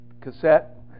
cassette